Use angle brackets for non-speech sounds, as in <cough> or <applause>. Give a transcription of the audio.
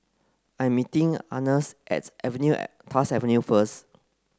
I'm meeting Earnest at Avenue <unintelligible> Tuas Avenue first